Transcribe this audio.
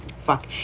fuck